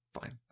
Fine